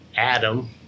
Adam